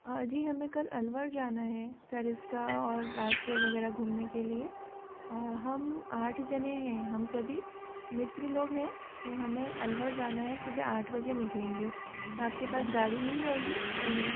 जी हमें कल अलवर जाना है सरिस्का और राजगढ़ वगैरह घूमने के लिए और हम आठ जने हैं हम सभी मित्र लोग हैं तो हमें अलवर जाना है सुबह आठ बजे निकलेंगे आपके पास गाड़ी मिल जाएगी बड़ी